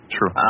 True